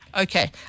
Okay